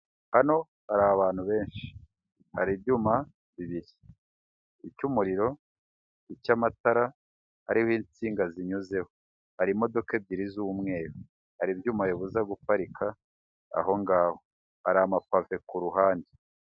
Hano hari abantu benshi hari ibyuma bibiri icy'umuriro, icy'amatara hariho insinga zinyuzeho, hari imodoka ebyiri z'umweru, hari ibyuma bibuza guparika aho ngaho hari amapave ku ruhande.